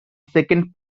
second